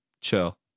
chill